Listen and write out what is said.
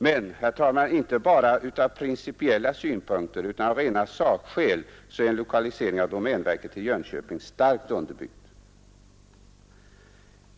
Men, herr talman, inte bara ur principiella synpunkter utan också av rena sakskäl är en lokalisering av domänverket till Jönköping starkt underbyggd.